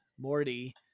Morty